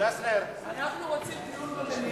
אנחנו רוצים דיון במליאה.